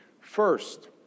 First